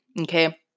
Okay